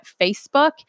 Facebook